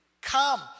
come